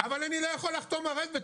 אבל אני יכול לחתום ערב,